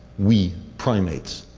we, primates.